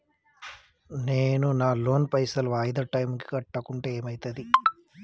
నేను నా లోన్ పైసల్ వాయిదా టైం కి కట్టకుంటే ఏమైతది?